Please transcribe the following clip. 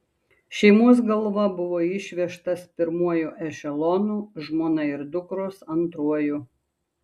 šeimos galva buvo išvežtas pirmuoju ešelonu žmona ir dukros antruoju